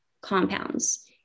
compounds